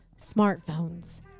smartphones